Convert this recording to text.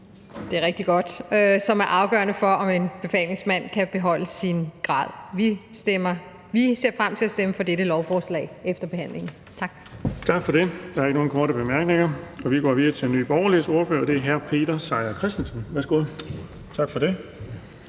det er rigtig godt – som er afgørende for, om en befalingsmand kan beholde sin grad. Vi ser frem til at stemme for dette lovforslag efter behandlingen. Tak.